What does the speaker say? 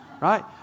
Right